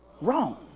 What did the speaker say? wrong